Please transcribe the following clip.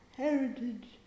heritage